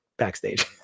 backstage